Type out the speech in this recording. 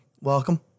welcome